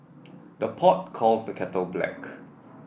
the pot calls the kettle black